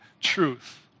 truth